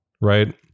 right